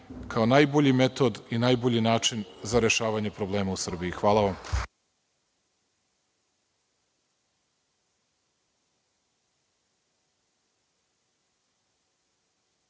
kao najbolji metod i najbolji način za rešavanje problema u Srbiji. Hvala vam.